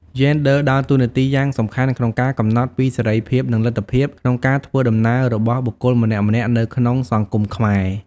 យេនដ័រដើរតួនាទីយ៉ាងសំខាន់ក្នុងការកំណត់ពីសេរីភាពនិងលទ្ធភាពក្នុងការធ្វើដំណើររបស់បុគ្គលម្នាក់ៗនៅក្នុងសង្គមខ្មែរ។